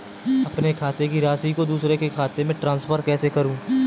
अपने खाते की राशि को दूसरे के खाते में ट्रांसफर कैसे करूँ?